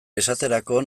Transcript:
esaterako